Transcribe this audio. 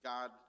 God